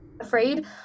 Afraid